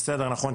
נכון,